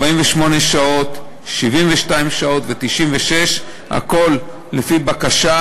48 שעות, 72 שעות ו-96, הכול לפי בקשה,